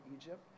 Egypt